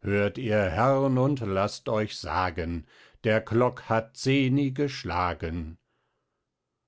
hört ihr herrn und laßt euch sagen der klock hat zehni geschlagen